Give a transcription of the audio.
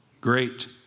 Great